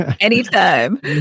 Anytime